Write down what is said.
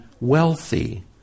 wealthy